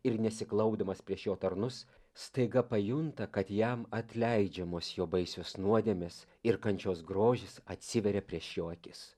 ir nesiklaupdamas prieš jo tarnus staiga pajunta kad jam atleidžiamos jo baisios nuodėmės ir kančios grožis atsiveria prieš jo akis